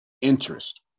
interest